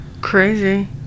Crazy